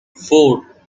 four